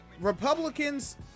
Republicans